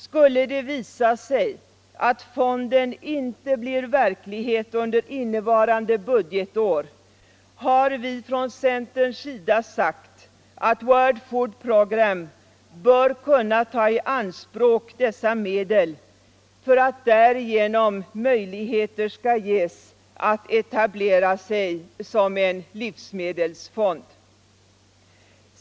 Skulle det visa sig att fonden inte blir verklighet under innevarande budgetår har vi från centerns sida sagt att World Food Program - WFP -— bör kunna ta i anspråk dessa medel för att därigenom ges möjligheter att etablera sig som en livsmedelsfond”.